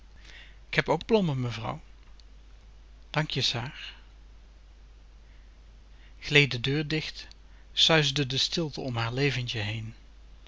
k heb k blommen mevrouw dank je saar glee de deur dicht suisde de stilte om haar leventje heen